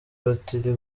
batiri